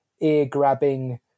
ear-grabbing